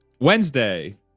Wednesday